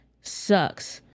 sucks